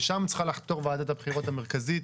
לשם צריכה לחתור ועדת הבחירות המרכזית.